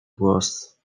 głos